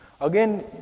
Again